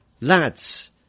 lads